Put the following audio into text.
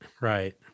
Right